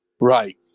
Right